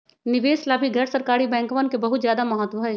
निवेश ला भी गैर सरकारी बैंकवन के बहुत ज्यादा महत्व हई